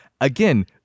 again